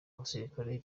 abasirikare